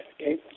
okay